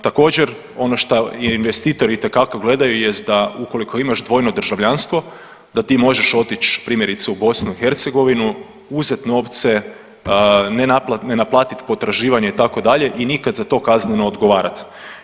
Također ono što investitori itekako gledaju jest da ukoliko imaš dvojno državljanstvo da ti možeš otići primjerice u BiH, uzeti novce, ne naplatit potraživanje itd. i nikad za to kazneno odgovarat.